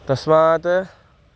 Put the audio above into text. तस्मात्